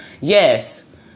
yes